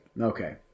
Okay